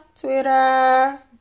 Twitter